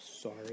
Sorry